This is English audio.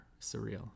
surreal